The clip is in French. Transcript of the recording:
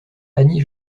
annie